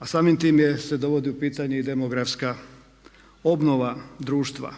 a samim time se dovodi u pitanje i demografska obnova društva.